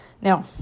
Now